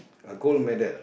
a gold medal